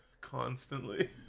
constantly